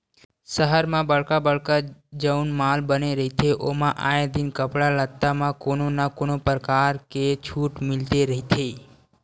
सहर म बड़का बड़का जउन माल बने रहिथे ओमा आए दिन कपड़ा लत्ता म कोनो न कोनो परकार के छूट मिलते रहिथे